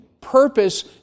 purpose